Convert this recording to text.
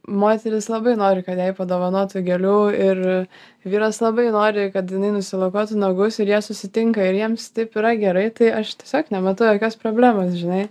moteris labai nori kad jai padovanotų gėlių ir vyras labai nori kad jinai nusilakuotų nagus ir jie susitinka ir jiems taip yra gerai tai aš tiesiog nematau jokios problemos žinai